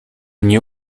nie